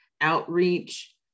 outreach